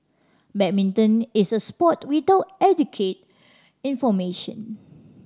badminton is a sport without adequate information